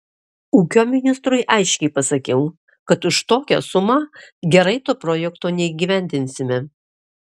ūkio ministrui aiškiai pasakiau kad už tokią sumą gerai to projekto neįgyvendinsime